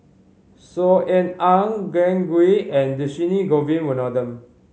Saw Ean Ang Glen Goei and Dhershini Govin Winodan